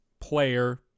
player